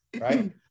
Right